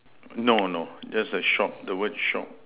no no just a shop the word shop